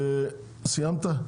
סיימת?